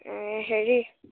এ হেৰি